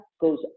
goes